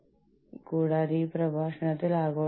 ഞാൻ പുസ്തകം കാണിച്ചുതരാം